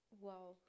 wow